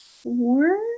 Four